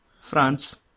France